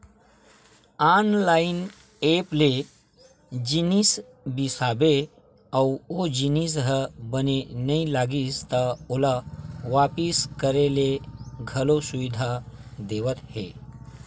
online app ले जिनिस बिसाबे अउ ओ जिनिस ह बने नइ लागिस त ओला वापिस करे के घलो सुबिधा देवत हे